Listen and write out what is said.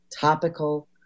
topical